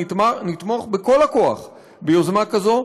נתמוך בכל הכוח ביוזמה כזאת,